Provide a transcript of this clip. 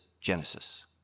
Genesis